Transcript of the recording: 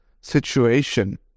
situation